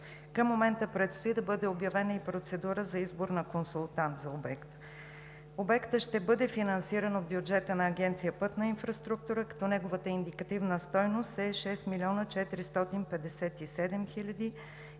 Към момента предстои да бъде обявена и процедура за избор на консултант за обекта. Обектът ще бъде финансиран от бюджета на Агенция „Пътна инфраструктура“, като неговата индикативна стойност е 6 млн. 457 хил.